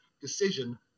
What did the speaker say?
decision